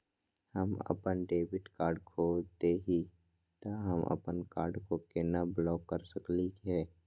हम अपन debit card खो दे ही, त हम अप्पन कार्ड के केना ब्लॉक कर सकली हे?